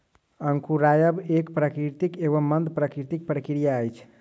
अंकुरायब एक प्राकृतिक एवं मंद गतिक प्रक्रिया अछि